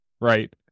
Right